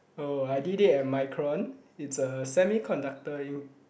oh I did it at Micron it's a semiconductor inc